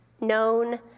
known